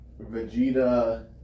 Vegeta